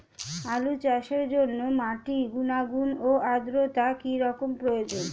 আলু চাষের জন্য মাটির গুণাগুণ ও আদ্রতা কী রকম প্রয়োজন?